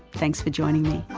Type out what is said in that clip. thanks for joining me.